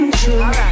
true